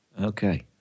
Okay